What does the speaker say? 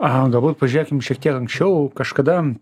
aha galbūt pažiūrėkim šiek tiek anksčiau kažkada